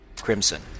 crimson